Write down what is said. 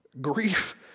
Grief